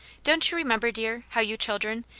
don't you remember, dear, how you children,